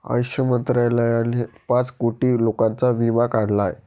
आयुष मंत्रालयाने पाच कोटी लोकांचा विमा काढला आहे